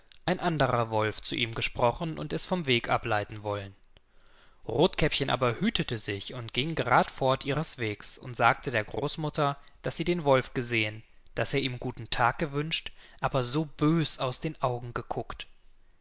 ein anderer wolf ihm zugesprochen und es vom weg ableiten wollen rothkäppchen aber hütete sich und ging gerad fort ihres wegs und sagte der großmutter daß sie den wolf gesehen daß er ihm guten tag gewünscht aber so bös aus den augen geguckt